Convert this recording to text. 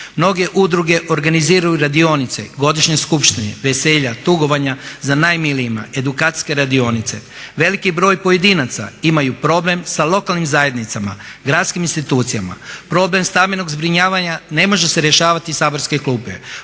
Mnoge udruge organiziraju radionice, godišnje skupštine, veselja, tugovanja za najmilijima, edukacijske radionice. Veliki broj pojedinaca imaju problem sa lokalnim zajednicama, gradskim institucijama. Problem stambenog zbrinjavanja ne može se rješavati iz saborske klupe,